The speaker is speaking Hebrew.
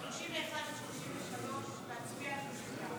על 31 33 לא להצביע,